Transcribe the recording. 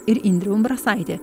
ir indrė umbrasaitė